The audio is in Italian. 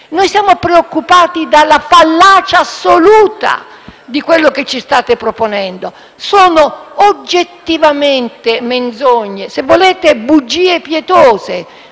Noi siamo preoccupati dalla fallacia assoluta di quello che ci state proponendo. Sono oggettivamente menzogne o, se volete, bugie pietose.